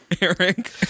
Eric